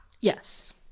Yes